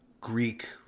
Greek